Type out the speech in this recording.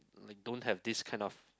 like don't have this kind of